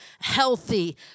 healthy